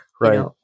Right